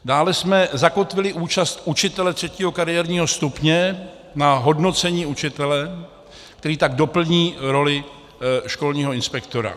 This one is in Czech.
Dále jsme zakotvili účast učitele třetího kariérního stupně na hodnocení učitele, který tak doplní roli školního inspektora.